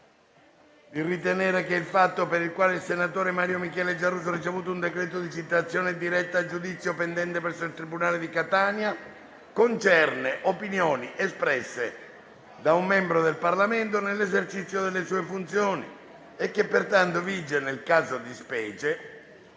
di ritenere che il fatto, per il quale il senatore Mario Michele Giarrusso ha ricevuto un atto di citazione pendente presso il tribunale di Potenza, concerne opinioni espresse da un membro del Parlamento nell'esercizio delle sue funzioni e che, pertanto, vige nel caso di specie